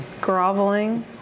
groveling